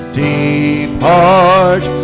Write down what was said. depart